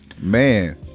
man